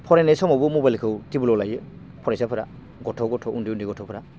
फरायनाय समावबो मबेलखौ टेबोलआव लायो फरायसाफोरा गथ' गथ' उन्दै गथ'फोरा